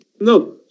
No